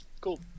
cool